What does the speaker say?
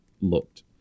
looked